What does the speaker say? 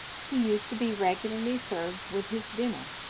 he used to be regularly served with his dinner,